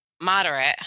moderate